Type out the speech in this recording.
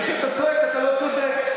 וכשאתה צועק אתה לא צודק.